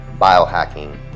biohacking